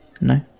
No